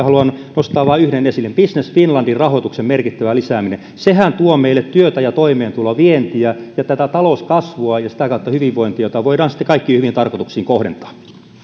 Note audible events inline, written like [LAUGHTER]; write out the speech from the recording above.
[UNINTELLIGIBLE] haluan nostaa vain yhden esille business finlandin rahoituksen merkittävä lisääminen sehän tuo meille työtä ja toimeentuloa vientiä ja tätä talouskasvua ja sitä kautta hyvinvointia jota voidaan sitten kaikkiin hyviin tarkoituksiin kohdentaa